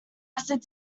acids